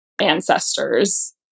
ancestors